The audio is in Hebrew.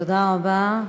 תודה רבה.